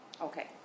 Okay